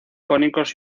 cónicos